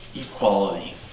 Equality